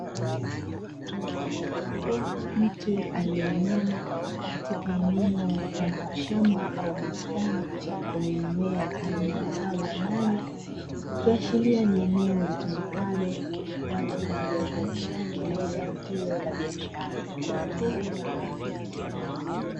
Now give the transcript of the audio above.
Mtu aliyeinama katika eneo mfano wa shamba au bustani yenye mimea aina ya zao la nyanya, ikiashiria ni eneo litumikalo kwa ajili ya uzalishaji wa zao hilo la biashara.